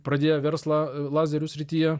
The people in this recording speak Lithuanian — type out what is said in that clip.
pradėję verslą lazerių srityje